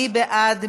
מי בעד?